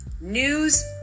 news